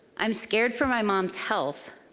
i'm scared for my mom's health,